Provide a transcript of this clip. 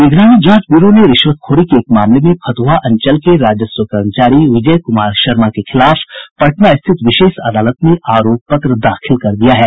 निगरानी जांच ब्यूरो ने रिश्वतखोरी के एक मामले में फतुहा अंचल के राजस्व कर्मचारी विजय कुमार शर्मा के खिलाफ पटना स्थित विशेष अदालत में आरोप पत्र दाखिल कर दिया है